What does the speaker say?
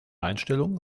einstellungen